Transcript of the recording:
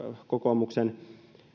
kokoomuksen